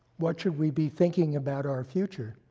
what should we be thinking about our future